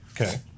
Okay